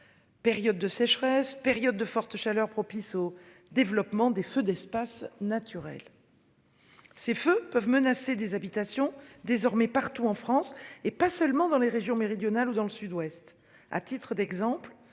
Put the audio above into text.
Périodes de sécheresse périodes de forte chaleur propice au développement des feux d'espaces naturels. Ces feux peuvent menacer des habitations désormais partout en France et pas seulement dans les régions méridionales ou dans le Sud-Ouest. À titre d'exemple,